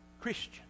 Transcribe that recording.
Christian